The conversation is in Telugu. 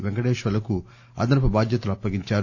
పెంకటేశ్వర్ణుకు అదనపు బాధ్యతలు అప్పగించారు